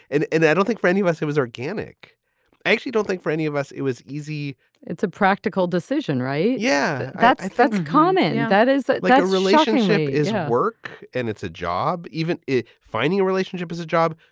and i don't think for any of us, it was organic. i actually don't think for any of us, it was easy it's a practical decision, right? yeah, that's that's common. that is that yeah relationship is work and it's a job even in finding a relationship as a job.